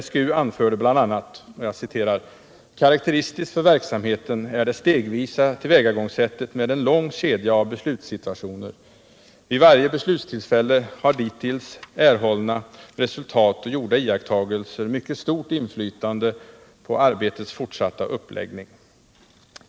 SGU anförde bl.a.: ”Karaktäristiskt för verksamheten är det stegvisa tillvägagångssättet med en lång kedja av beslutssituationer, vid varje beslutstillfälle har dittills erhållna resultat och gjorda iakttagelser mycket stort inflytande på arbetets fortsatta uppläggning. —-—-.